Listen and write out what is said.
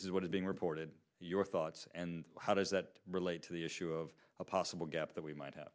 this is what is being reported your thoughts and how does that relate to the issue of a possible gap that we might have